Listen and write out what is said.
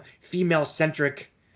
female-centric